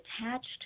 attached